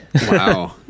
Wow